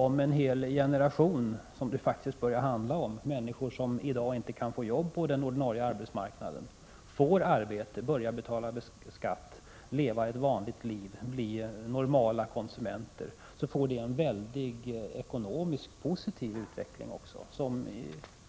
Om en hel generation — det börjar faktiskt handla om det — människor som i dag inte kan få jobb på den ordinarie arbetsmarknaden verkligen får arbete, börjar betala skatt, leva ett vanligt liv och blir normala konsumenter, leder detta till en ekonomiskt positiv utveckling som